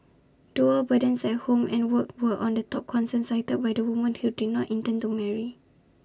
dual burdens at home and work were on the top concern cited by the woman who did not intend to marry